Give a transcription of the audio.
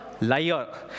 liar